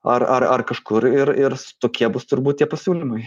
ar ar ar kažkur ir ir tokie bus turbūt tie pasiūlymai